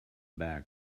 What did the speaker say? bag